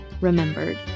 remembered